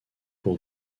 pour